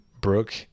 brooke